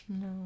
No